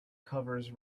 covers